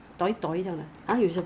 morning use sunblock that's all